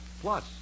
plus